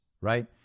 right